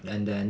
and then